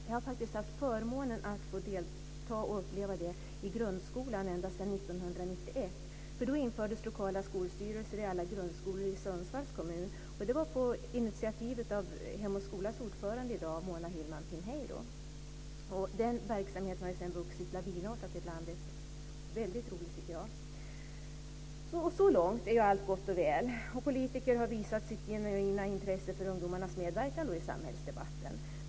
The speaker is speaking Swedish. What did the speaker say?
Jag har faktiskt haft förmånen att få uppleva detta i grundskolan ända sedan 1991. Då infördes lokala skolstyrelser i alla grundskolor i Sundsvalls kommun. Det gjordes på initiativ av Hem och Skolas nuvarande ordförande, Mona Hillman Pinheiro. Den verksamheten har sedan vuxit lavinartat i landet, vilket är väldigt roligt. Så långt är allt gott och väl, och politiker har visat sitt genuina intresse för ungdomarnas medverkan i samhällsdebatten.